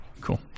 Cool